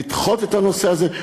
לדחות את הנושא הזה.